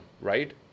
right